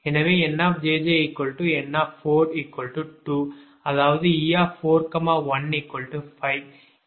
எனவே NjjN42 அதாவது e415e426